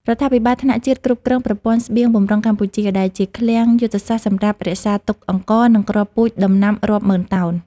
រដ្ឋាភិបាលថ្នាក់ជាតិគ្រប់គ្រង ប្រព័ន្ធស្បៀងបម្រុងកម្ពុជា ដែលជាឃ្លាំងយុទ្ធសាស្ត្រសម្រាប់រក្សាទុកអង្ករ និងគ្រាប់ពូជដំណាំរាប់ម៉ឺនតោន។